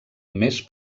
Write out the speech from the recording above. més